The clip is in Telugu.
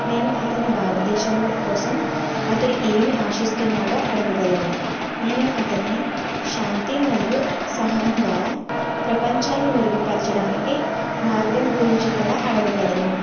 నేను అతని భారత దేశంలో కోసం అతడు ఏమి ఆశిస్తున్నాడో అడగగలను నేను అతనిని శాంతి మరియు సహనం ద్వారా ప్రపంచాన్ని మెరుగుపరచడానికి మార్గం గురించి కూడా అడగగలను